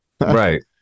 right